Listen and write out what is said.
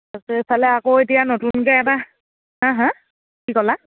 এইফালে আকৌ এতিয়া নতুনকৈ এটা হাঁ হাঁ কি ক'লা